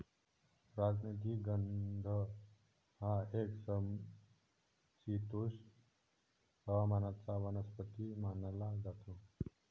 राजनिगंध हा एक समशीतोष्ण हवामानाचा वनस्पती मानला जातो